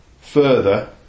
further